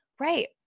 Right